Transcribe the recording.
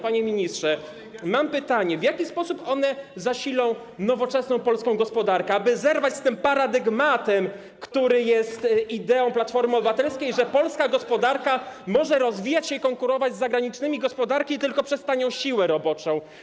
Panie ministrze, mam pytanie, w jaki sposób one zasilą nowoczesną polską gospodarkę, aby zerwać z tym paradygmatem, który jest ideą Platformy Obywatelskiej, że polska gospodarka może rozwijać się i konkurować z zagranicznymi gospodarkami tylko przez tanią siłę roboczą.